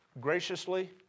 graciously